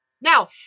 Now